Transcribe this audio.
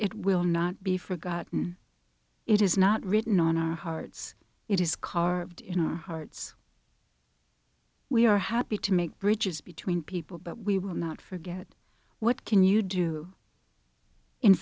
it will not be forgotten it is not written on our hearts it is car in our hearts we are happy to make bridges between people but we will not forget what can you do in